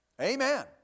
Amen